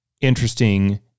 interesting